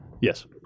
Yes